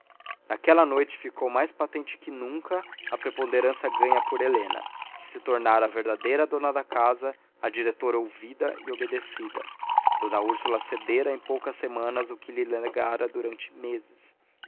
naquela noite ficou mais patente que nunca a preponderância ganha por helena que se tornara a verdadeira dona da casa a diretora ouvida e obedecida d úrsula cedera em poucas semanas o que lhe negara durante meses